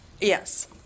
Yes